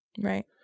right